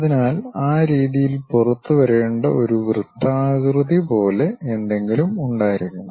അതിനാൽ ആ രീതിയിൽ പുറത്തുവരേണ്ട ഒരു വൃത്താകൃതി പോലെ എന്തെങ്കിലും ഉണ്ടായിരിക്കണം